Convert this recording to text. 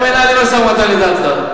איך מנהלים משא-ומתן לדעתך?